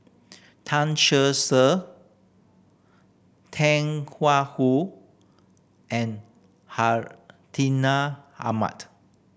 Tan Cher Ser Tang Hua Wu and Hartinah Ahmad